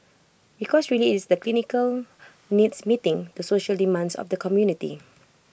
because really IT is the clinical needs meeting the social demands of the community